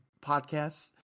podcasts